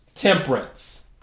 Temperance